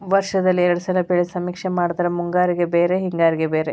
ವರ್ಷದಲ್ಲಿ ಎರ್ಡ್ ಸಲಾ ಬೆಳೆ ಸಮೇಕ್ಷೆ ಮಾಡತಾರ ಮುಂಗಾರಿಗೆ ಬ್ಯಾರೆ ಹಿಂಗಾರಿಗೆ ಬ್ಯಾರೆ